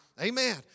Amen